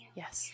yes